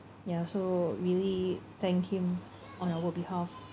ya so really thank him on our behalf